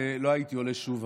ולא הייתי עולה שוב,